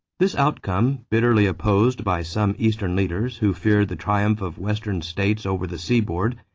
this outcome, bitterly opposed by some eastern leaders who feared the triumph of western states over the seaboard,